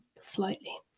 slightly